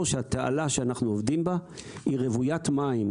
שהתעלה שאנחנו עובדים בה היא רוויית מים.